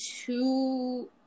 two